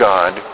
God